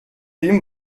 dem